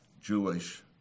Jewish